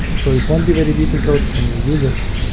so it won't be very difficult for new users.